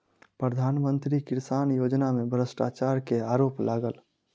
प्रधान मंत्री किसान योजना में भ्रष्टाचार के आरोप लागल